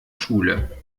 schule